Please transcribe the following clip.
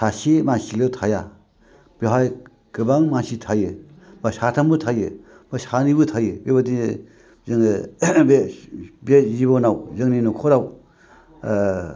सासे मानसिल' थाया बेवहाय गोबां मानसि थायो बा साथामबो थायो बा सानैबो थायो बेबायदि जोङो बे जिब'नाव जोंनि न'खराव ओ